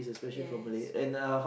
yes true